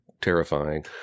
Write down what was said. terrifying